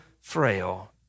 frail